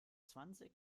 zwanzig